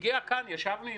ישראל.